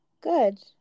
Good